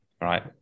right